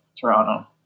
toronto